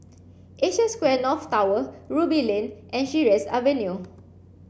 Asia Square North Tower Ruby Lane and Sheares Avenue